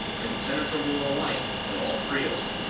impenetrable alike to all three of them.